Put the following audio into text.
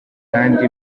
kandi